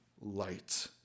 light